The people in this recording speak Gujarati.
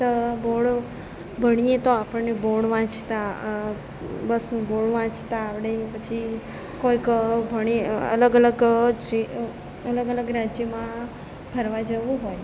તો બોર્ડ ભણીએ તો આપણને બોર્ડ વાંચતાં બસનું બોર્ડ વાંચતાં આવડે પછી કોઈક ભણીએ તો અલગ અલગ જ જે અલગ અલગ રાજ્યમાં ફરવા જવું હોય